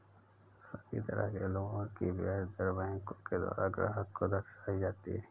सभी तरह के लोन की ब्याज दर बैंकों के द्वारा ग्राहक को दर्शाई जाती हैं